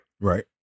Right